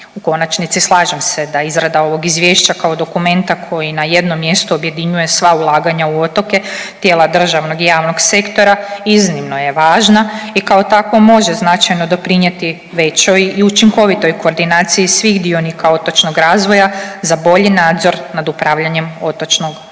U konačnici slažem se da izrada ovog izvješća kao dokumenta koji na jednom mjestu objedinjuje sva ulaganja u otoke tijela državnog i javnog sektora iznimno je važna i kao takvo može značajno doprinijeti većoj i učinkovitoj koordinaciji svih dionika otočnog razvoja za bolji nadzor nad upravljanjem otočnom razvojnom